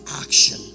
action